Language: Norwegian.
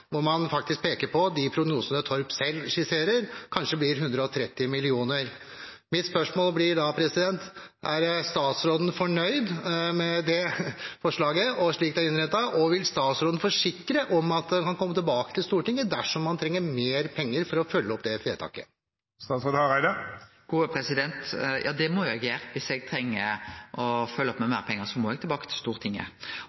blir det 130 mill. kr. Mitt spørsmål blir da: Er statsråden fornøyd med det forslaget slik det er innrettet, og vil statsråden forsikre om at han kommer tilbake til Stortinget dersom han trenger mer penger for å følge opp det vedtaket? Ja, det må eg jo gjere. Om eg treng å følgje opp med